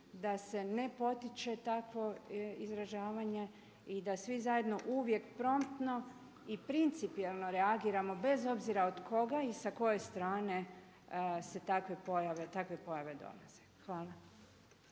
da se ne potiče takvo izražavanje i da se svi zajedno uvijek promptno i principijelno reagiramo bez obzira od koga i sa koje strane se takve pojave donose. Hvala.